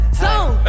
zone